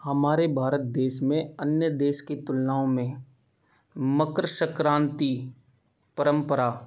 हमारे भारत देश में अन्य देश की तुलनाओं में मकर संक्रांति परंपरा